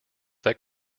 that